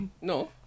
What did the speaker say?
no